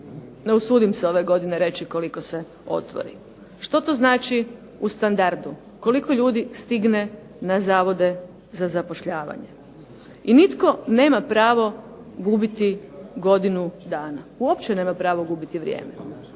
ne usudim se ove godine reći koliko se otvori. Što to znači u standardu, koliko ljudi stigne na zavode za zapošljavanje. I nitko nema pravo gubiti godinu dana, uopće nema pravo gubiti vrijeme,